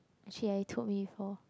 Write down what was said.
actually ya you told me before